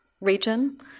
region